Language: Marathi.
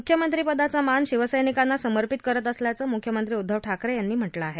मुख्यमंत्रीपदाचा मान शिवसैनिकांना समपिंत करत असल्याचं मुख्यमंत्री उद्दव ठाकरे यांनी म्हटलं आहे